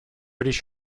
british